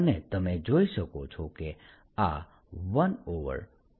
અને તમે જોઈ શકો છો કે આ 120V02d2 ની બરાબર છે